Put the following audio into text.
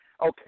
Okay